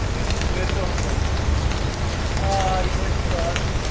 وۄنۍ کٔرۍ تو حُکُم آ یِم ٲسِم راتھ یِم